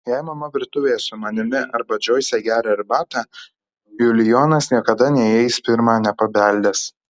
jei mama virtuvėje su manimi arba džoise geria arbatą julijonas niekada neįeis pirma nepabeldęs